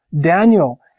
Daniel